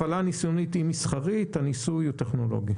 הפעלה ניסיונית היא מסחרית, והניסוי הוא טכנולוגי.